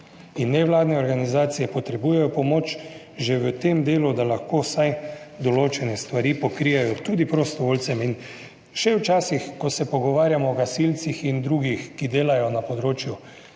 in nevladne organizacije potrebujejo pomoč že v tem delu, da lahko vsaj določene stvari pokrijejo tudi prostovoljcem, in še v časih, ko se pogovarjamo o gasilcih in drugih, ki delajo na področju